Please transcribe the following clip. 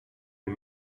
les